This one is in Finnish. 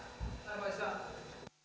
arvoisa puhemies on